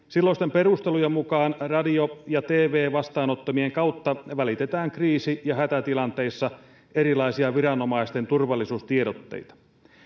silloisten perustelujen mukaan radio ja tv vastaanottimien kautta välitetään kriisi ja hätätilanteissa erilaisia viranomaisten turvallisuustiedotteita